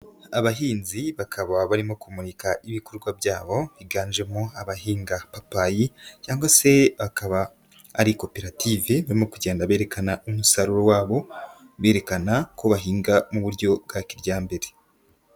Abahinzi bakaba barimo kumurika ibikorwa byabo, biganjemo abahinga amapapayi cyangwa se bakaba ari koperative, barimo kugenda berekana umusaruro wabo, berekana ko bahinga mu buryo bwa kijyambere.